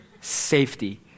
safety